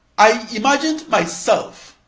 i imagined myself,